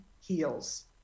heals